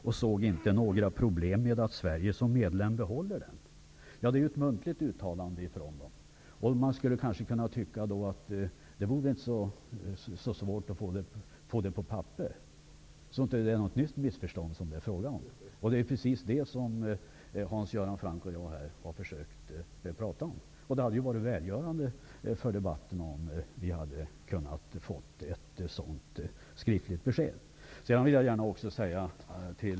Man såg inte några problem med att Sverige som medlem behåller denna princip. Det är ett muntligt uttalande från Kommissionen, som det kanske inte skulle vara så svårt att få på papper, så att det inte blir fråga om ett nytt missförstånd. Det är precis det som Hans Göran Franck och jag här har talat om. Det hade varit välgörande för debatten med ett sådant skriftligt besked.